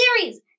series